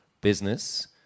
business